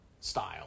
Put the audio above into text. style